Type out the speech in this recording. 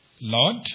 Lord